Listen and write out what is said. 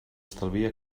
estalvia